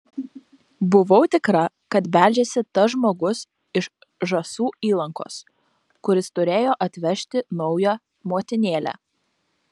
buvau tikra kad beldžiasi tas žmogus iš žąsų įlankos kuris turėjo atvežti naują motinėlę